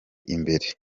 imbere